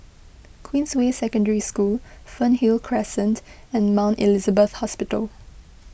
Queensway Secondary School Fernhill Crescent and Mount Elizabeth Hospital